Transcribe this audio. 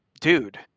dude